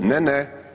Ne, ne.